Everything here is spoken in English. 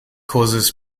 causes